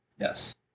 Yes